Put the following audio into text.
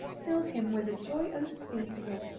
filled him with a joy unspeakable,